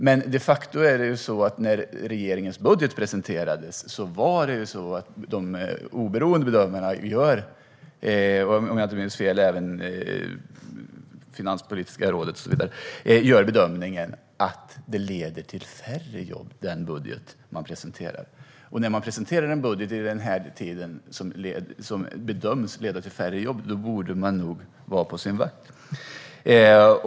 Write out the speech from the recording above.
Men det är de facto så att när regeringens budget presenterades menade de oberoende bedömarna - om jag inte minns fel även Finanspolitiska rådet - att den skulle leda till färre jobb. Och när man i denna tid presenterar en budget som bedöms leda till färre jobb borde man nog vara på sin vakt.